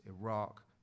Iraq